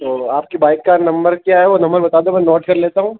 तो आपकी बाइक का नम्बर क्या है वह नम्बर बता दो मैं नोट कर लेता हूँ